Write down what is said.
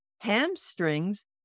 Hamstrings